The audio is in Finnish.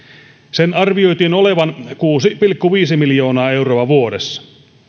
sen arvioitiin olevan kuusi pilkku viisi miljoonaa euroa vuodessa